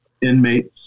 inmates